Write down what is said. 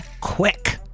QUICK